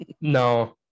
no